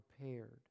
prepared